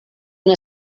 una